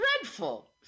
Dreadful